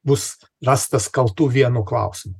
bus rastas kaltu vienu klausimu